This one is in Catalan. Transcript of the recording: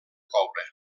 coure